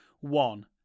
One